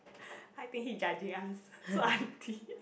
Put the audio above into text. I think he judging us so auntie